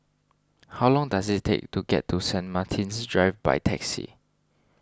how long does it take to get to Saint Martin's Drive by taxi